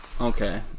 okay